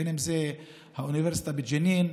בין שזה האוניברסיטאות בג'נין,